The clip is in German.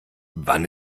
wann